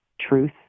truth